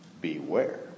Beware